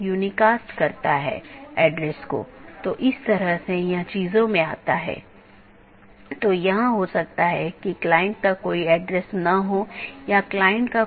OSPF और RIP का उपयोग AS के माध्यम से सूचना ले जाने के लिए किया जाता है अन्यथा पैकेट को कैसे अग्रेषित किया जाएगा